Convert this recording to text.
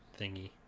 thingy